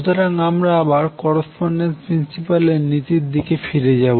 সুতরাং আমরা আবার করেসপন্ডেন্স প্রিন্সিপাল এর নীতির দিকে ফিরে যাব